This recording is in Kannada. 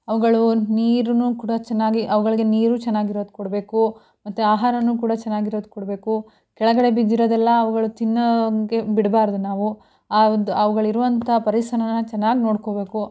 ಅವುಗಳು ನೀರೂನು ಕೂಡ ಚೆನ್ನಾಗಿ ಅವುಗಳಿಗೆ ನೀರು ಚೆನ್ನಾಗಿರೋದ್ ಕೊಡಬೇಕು ಮತ್ತು ಆಹಾರವೂ ಕೂಡ ಚೆನ್ನಾಗಿರೋದ್ ಕೊಡಬೇಕು ಕೆಳಗಡೆ ಬಿದ್ದಿರೋದೆಲ್ಲ ಅವುಗಳು ತಿನ್ನೋ ಹಂಗೆ ಬಿಡಬಾರ್ದು ನಾವು ಆ ಒಂದು ಅವುಗಳಿರುವಂಥ ಪರಿಸರನ ಚೆನ್ನಾಗಿ ನೋಡ್ಕೊಬೇಕು